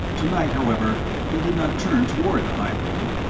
to-night, however, he did not turn toward the high road,